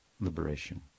liberation